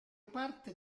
parte